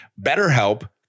BetterHelp